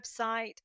website